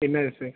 என்னது சார்